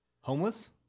Homeless